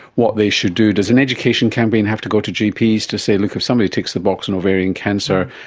what they should do? does an education campaign have to go to gps to say, look, if somebody ticks the box on ovarian cancer,